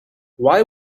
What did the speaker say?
why